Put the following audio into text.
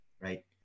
right